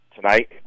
tonight